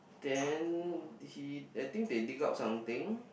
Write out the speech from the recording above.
then he I think they dig out something